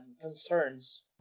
concerns